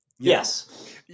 Yes